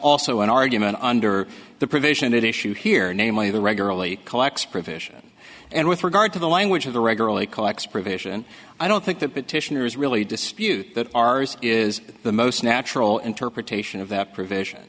also an argument under the provision that issue here namely the regularly collects provision and with regard to the language of the regularly call acts provision i don't think that petitioners really dispute that ours is the most natural interpretation of that provision